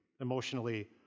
emotionally